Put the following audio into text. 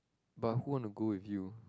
but who want to go with you